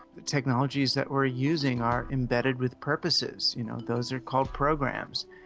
technologies that we're using are embedded with purposes, you know, those are called programs,